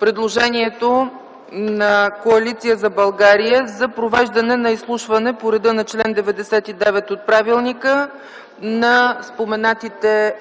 предложението на Коалиция за България за провеждане на изслушване по реда на чл. 99 от правилника на премиера,